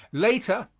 later,